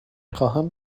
خواهم